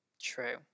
True